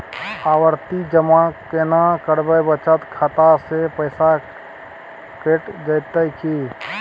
आवर्ति जमा केना करबे बचत खाता से पैसा कैट जेतै की?